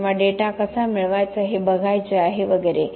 किंवा डेटा कसा मिळवायचा हे बघायचे आहे वगैरे